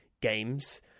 games